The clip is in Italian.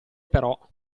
però